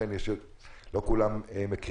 ולכן אני חושב שלא כולם מכירים.